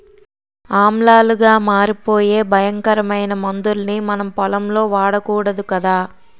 ఆమ్లాలుగా మారిపోయే భయంకరమైన మందుల్ని మనం పొలంలో వాడకూడదు కదా